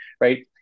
right